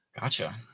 Gotcha